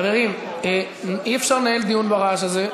חברים, אי-אפשר לנהל דיון ברעש הזה.